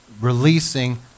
releasing